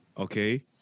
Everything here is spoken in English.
Okay